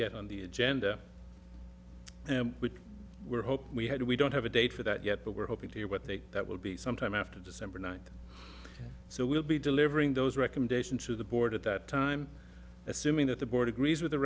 get on the agenda and we will hope we had we don't have a date for that yet but we're hoping to hear what they that will be sometime after december ninth so we'll be delivering those recommendations to the board at that time assuming that the board agrees with the